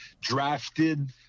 drafted